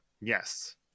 Yes